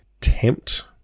Tempt